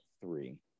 three